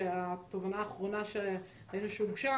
שהתובענה האחרונה שהוגשה,